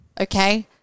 Okay